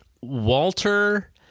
Walter